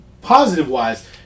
positive-wise